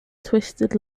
twisted